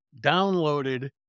downloaded